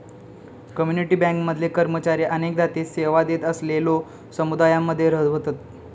community bank मधले कर्मचारी अनेकदा ते सेवा देत असलेलल्यो समुदायांमध्ये रव्हतत